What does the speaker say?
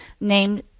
named